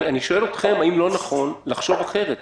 אני שואל אתכם: האם לא נכון לחשוב אחרת,